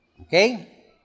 Okay